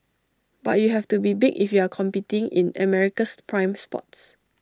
but you have to be big if you're competing in America's prime spots